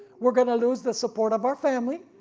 we are gonna lose the support of our family,